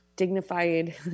dignified